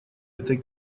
этой